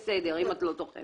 למי אנחנו שולחים את המכתב?